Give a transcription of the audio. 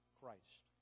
Christ